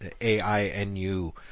A-I-N-U